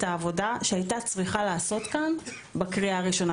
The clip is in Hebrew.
העבודה שהייתה צריכה להיעשות כאן בקריאה הראשונה,